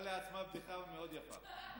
היא סיפרה לעצמה בדיחה מאוד יפה.